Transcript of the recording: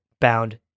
bound